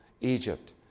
Egypt